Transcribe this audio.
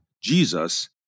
Jesus